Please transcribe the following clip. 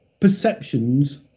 perceptions